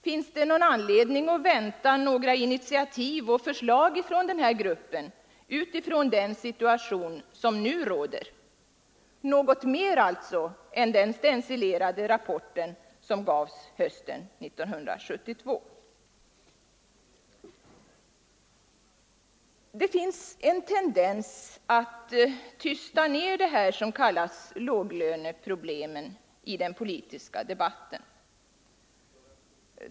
Finns det någon anledning att vänta några initiativ och förslag från denna grupp med utgångspunkt i den situation som nu råder — något mer alltså än den stencilerade rapport som gavs hösten 1972? Det finns en tendens att tysta ned vad som kallas låglöneproblemen i den politiska debatten.